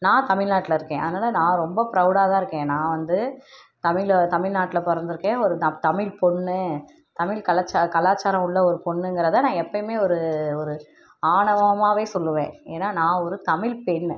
நான் தமிழ்நாட்ல இருக்கேன் அதனால நான் ரொம்ப ப்ரௌடாகதான் இருக்கேன் நான் வந்து தமிழை தமிழ்நாட்ல பிறந்துருக்கேன் ஒரு நான் தமிழ் பொண்ணு தமிழ் கலாச்சா கலாச்சாரம் உள்ள ஒரு பொண்ணுங்கிறத நான் எப்போயுமே ஒரு ஒரு ஆணவமாகவே சொல்லுவேன் ஏன்னா நான் ஒரு தமிழ் பெண்ணு